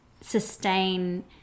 sustain